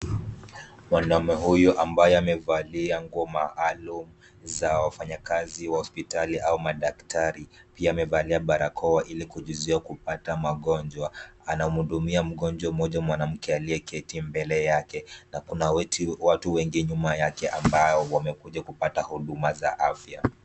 Mwanaume huyu ambaye amevalia nguo maalum za wafanyakazi wa hospitali au madaktari pia amevalia barakoa ili kujizuia kupata magonjwa. Anamhudumia mgonjwa mmoja mwanamke aliyeketi mbele yake na kuna watu wengi nyuma yake ambao wamekuja kupata huduma za afya.